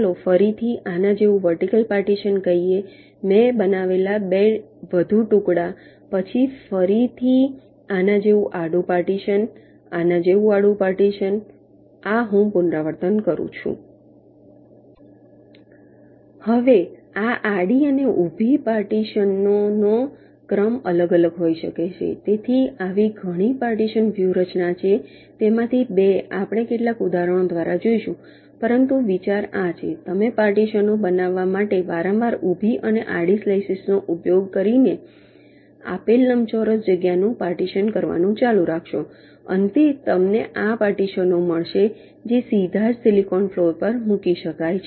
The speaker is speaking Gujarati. ચાલો ફરીથી આના જેવું વર્ટિકલ પાર્ટીશન કહીએ મેં બનાવેલા 2 વધુ ટુકડા પછી ફરીથી આના જેવું આડું પાર્ટીશન આના જેવું આડું પાર્ટીશન આ હું પુનરાવર્તન કરું છું હવે આ આડી અને ઊભી પાર્ટીશનોનો ક્રમ અલગ અલગ હોઈ શકે છે તેથી આવી ઘણી પાર્ટીશન વ્યૂહરચના છે તેમાંથી 2 આપણે કેટલાક ઉદાહરણો દ્વારા જોઈશું પરંતુ વિચાર આ છે તમે પાર્ટીશનો બનાવવા માટે વારંવાર ઊભી અને આડી સ્લાઇસેસનો ઉપયોગ કરીને આપેલ લંબચોરસ જગ્યાનું પાર્ટીશન કરવાનું ચાલુ રાખશો અંતે તમને આ પાર્ટીશનો મળશે જે સીધા જ સિલિકોન ફ્લોર પર મૂકી શકાય છે